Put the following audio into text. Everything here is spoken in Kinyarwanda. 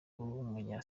w’umunya